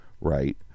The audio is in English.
right